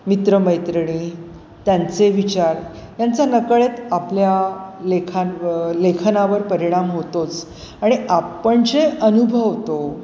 मित्रमैत्रिणी त्यांचे विचार यांचा नकळत आपल्या लेखान्व लेखनावर परिणाम होतोच आणि आपण जे अनुभवतो